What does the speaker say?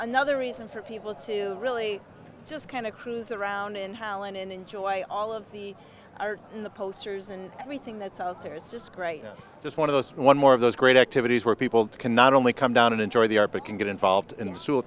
another reason for people to really just kind of cruise around in holland and enjoy all of the art in the posters and everything that's out there is just great just one of those one more of those great activities where people can not only come down and enjoy the art but can get involved in